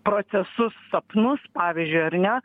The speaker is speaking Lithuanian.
procesus sapnus pavyzdžiui ar ne